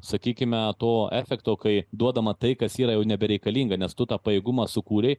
sakykime to efekto kai duodama tai kas yra jau nebereikalinga nes tu tą pajėgumą sukūrei